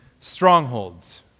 strongholds